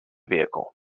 vehicle